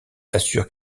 assure